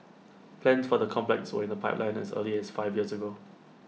plans for the complex were in the pipeline as early as five years ago